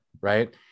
Right